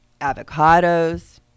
avocados